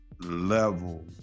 level